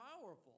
powerful